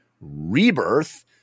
Rebirth